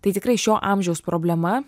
tai tikrai šio amžiaus problema